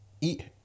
eat